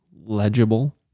legible